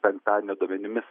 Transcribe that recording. penktadienio duomenimis